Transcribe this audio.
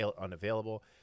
unavailable